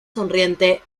sonriente